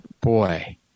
Boy